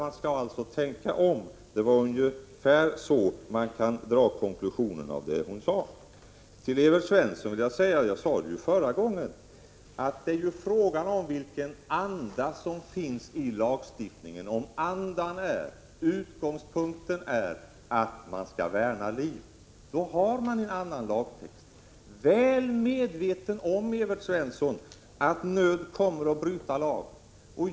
Man skall alltså tänka om. Ungefär den konklusionen kunde man dra av det hon sade. Till Evert Svensson vill jag säga: Jag sade förut att det är fråga om vilken anda som finns i lagstiftningen. Om utgångspunkten är att man skall värna liv, då har man en annan lagtext, väl medveten om, Evert Svensson, att nöd kommer att bryta lag.